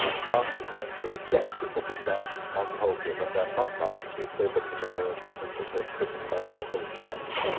um dancers tend to reject it because dancers on whole feel that they're not narcissists they look in the mirror something that but they criticize the whole time